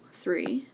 three,